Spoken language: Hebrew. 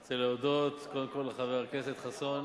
אני רוצה להודות קודם כול לחבר הכנסת חסון